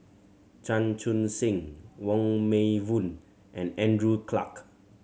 Chan Chun Sing Wong Meng Voon and Andrew Clarke